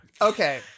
Okay